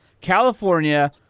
California